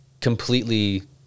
completely